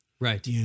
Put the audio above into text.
Right